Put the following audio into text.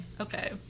Okay